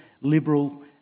liberal